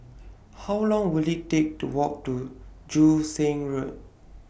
How Long Will IT Take to Walk to Joo Seng Road